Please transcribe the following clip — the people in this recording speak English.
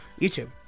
YouTube